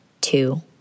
two